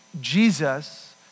Jesus